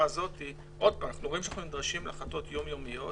הזאת אנחנו רואים שאנחנו נדרשים להחלטות יום-יומיות